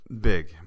big